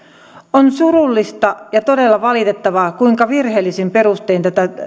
on surullista ja todella valitettavaa kuinka virheellisin perustein tätä